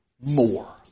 more